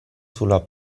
sulla